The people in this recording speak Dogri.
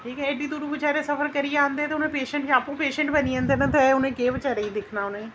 ठीक ऐ एड्डी दूरूं बचैरे सफर करियै औंदे ते उ'नें पेशेंट के आपूं पेशेंट बनी जंदे न त् उ'नें केह् बचैरें दिक्खना उ'नें ई